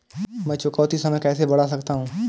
मैं चुकौती समय कैसे बढ़ा सकता हूं?